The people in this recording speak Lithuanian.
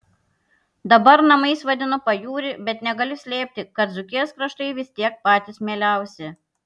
dabar namais vadinu pajūrį bet negaliu slėpti kad dzūkijos kraštai vis tiek patys mieliausi